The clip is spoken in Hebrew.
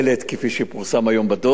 כפי שפורסם היום בדוח.